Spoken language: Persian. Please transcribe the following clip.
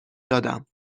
دادم